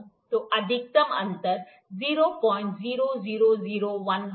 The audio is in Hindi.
तब अधिकतम अंतर 00001 होगा